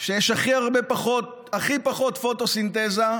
כשיש הכי פחות פוטוסינתזה,